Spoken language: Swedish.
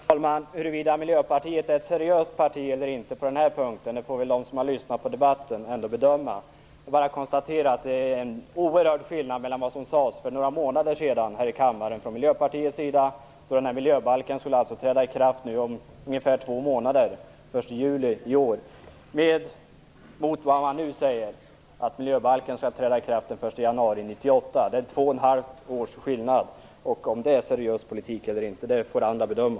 Herr talman! Huruvida Miljöpartiet är ett seriöst parti eller inte på den här punkten får väl de som har lyssnat på debatten ändå bedöma. Jag kan bara konstatera att det är en oerhörd skillnad mellan vad som nu sägs och vad som sades för några månader sedan här i kammaren från Miljöpartiets sida. Då skulle miljöbalken träda i kraft om ungefär två månader, den 1 juli i år. Nu säger man att miljöbalken skall träda i kraft den 1 januari 1998. Det är två och ett halvt års skillnad. Om det är seriös politik eller inte får andra bedöma.